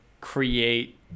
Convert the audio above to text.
create